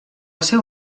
seu